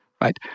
right